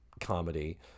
comedy